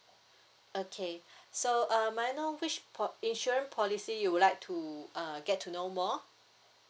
okay so uh may I know which po~ insurance policy you would like to uh get to know more